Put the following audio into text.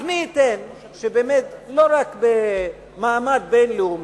אז מי ייתן שבאמת, לא רק במעמד בין-לאומי,